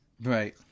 Right